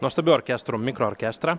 nuostabiu orkestru mikro orkestra